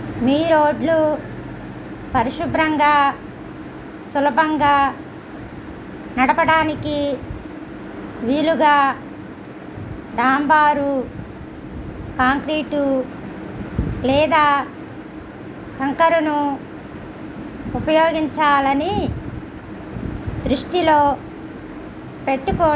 మీ రోడ్లు పరిశుభ్రంగా సులభంగా నడపడానికి వీలుగా డాంబారు కాంక్రీటు లేదా కంకరను ఉపయోగించాలని దృష్టిలో పెట్టుకోండి